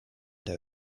der